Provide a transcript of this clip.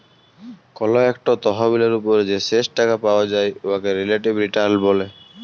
call ইকট তহবিলের উপর যে শেষ টাকা পাউয়া যায় উয়াকে রিলেটিভ রিটার্ল ব্যলে